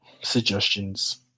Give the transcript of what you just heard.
suggestions